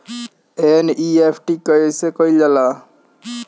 NEFT कइसे कइल जाला?